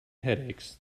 headaches